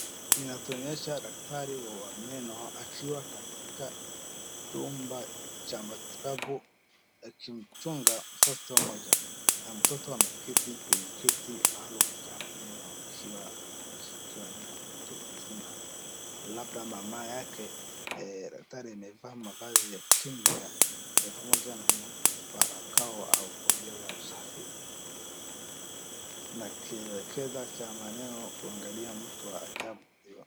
Inaonyesha daktari wa meno katika chumba cha matibabu akimchunga mtoto mmoja. Mtoto ameketi kwenye kiti maalum cha meno akiwa ameshikiwa na mtu mzima labda mama yake. Daktari amevaa mavazi ya kinga pamoja na barakoa au kofia ya usafi na kifa cha meno kuangalia mtu.